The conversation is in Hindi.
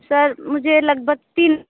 सर मुझे लगभग तीन